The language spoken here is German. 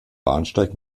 bahnsteig